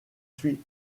suis